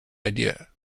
idea